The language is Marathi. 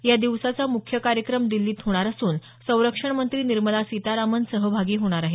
या दिवसाचा मुख्य कार्यक्रम दिल्लीत होणार असून संरक्षण मंत्री निर्मला सीतारमन सहभागी होणार आहे